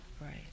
right